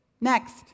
Next